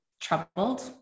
troubled